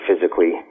physically